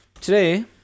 Today